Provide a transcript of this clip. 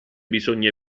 bisogna